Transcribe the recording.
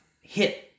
hit